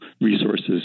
resources